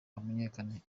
hamenyekanye